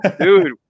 dude